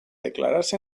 declararse